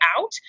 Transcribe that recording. out